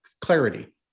clarity